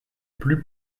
plus